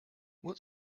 what